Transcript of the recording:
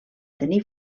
tenir